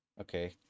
Okay